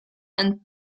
and